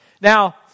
Now